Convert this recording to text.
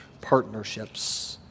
partnerships